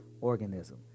organism